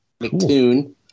mctoon